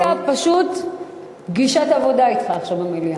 הוא עשה פשוט פגישת עבודה אתך עכשיו במליאה.